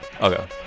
Okay